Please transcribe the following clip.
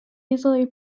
easily